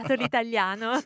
l'italiano